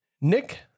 Nick